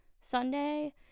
Sunday